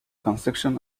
constriction